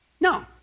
no